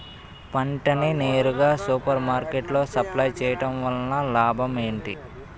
పంట ని నేరుగా సూపర్ మార్కెట్ లో సప్లై చేయటం వలన లాభం ఏంటి?